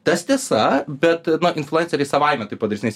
tas tiesa bet na influenceriai savaime tai padarys nes